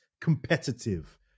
competitive